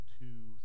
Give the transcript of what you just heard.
two